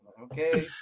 Okay